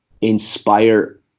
inspire